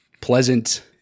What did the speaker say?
pleasant